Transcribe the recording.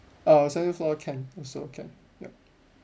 oh seventh floor can also can yup